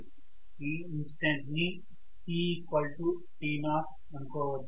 ఈ ఇన్స్టెంట్ ని t t0 అనుకోవచ్చు